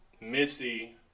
Missy